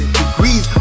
degrees